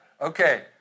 Okay